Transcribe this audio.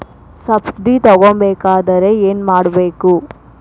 Subsidy ತಗೊಬೇಕಾದರೆ ಏನು ಮಾಡಬೇಕು?